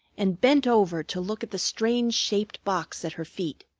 and bent over to look at the strange-shaped box at her feet.